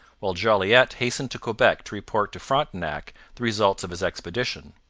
while jolliet hastened to quebec to report to frontenac the results of his expedition.